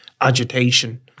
agitation